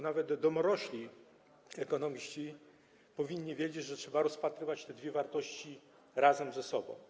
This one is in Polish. Nawet domorośli ekonomiści powinni wiedzieć, że trzeba rozpatrywać te dwie wartości razem ze sobą.